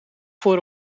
voor